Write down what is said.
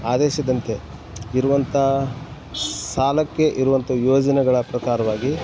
ಆದೇಶದಂತೆ ಇರುವಂಥ ಸಾಲಕ್ಕೆ ಇರುವಂಥ ಯೋಜನೆಗಳ ಪ್ರಕಾರವಾಗಿ